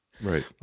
Right